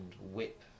whip